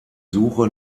suche